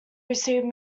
received